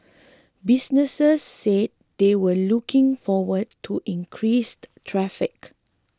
businesses says they were looking forward to increased traffic